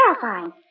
terrifying